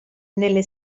nelle